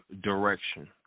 direction